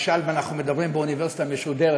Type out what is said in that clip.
משל אנחנו מדברים באוניברסיטה משודרת,